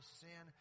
sin